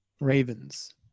Ravens